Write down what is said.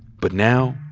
but now,